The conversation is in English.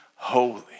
holy